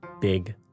big